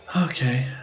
Okay